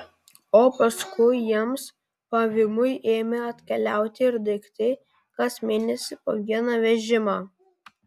o paskui jiems pavymui ėmė atkeliauti ir daiktai kas mėnesį po vieną vežimą